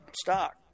stock